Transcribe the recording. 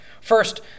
First